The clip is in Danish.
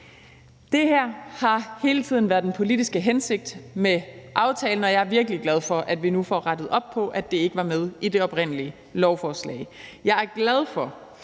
Det her har hele tiden været den politiske hensigt med aftalen, og jeg er virkelig glad for, at vi nu får rettet op på, at det ikke var med i det oprindelige lovforslag. Jeg er glad for,